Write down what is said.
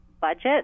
budget